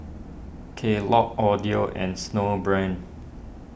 Kellogg's Audio and Snowbrand